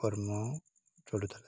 କର୍ମ ଚଲୁଥିଲା